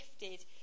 gifted